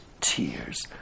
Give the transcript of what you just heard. tears